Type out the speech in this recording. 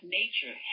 nature